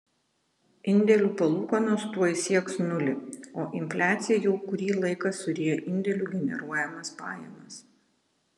indėlių palūkanos tuoj sieks nulį o infliacija jau kurį laiką suryja indėlių generuojamas pajamas